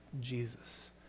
Jesus